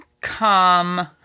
come